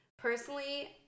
Personally